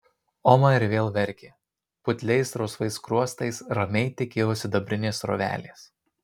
oma ir vėl verkė putliais rausvais skruostais ramiai tekėjo sidabrinės srovelės